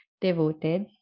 devoted